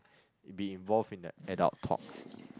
be involved in that adult talk